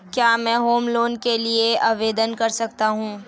क्या मैं home loan के लिए आवेदन कर सकता हूं?